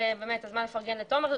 זה הזמן לפרגן לתומר.